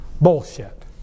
Bullshit